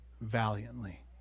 valiantly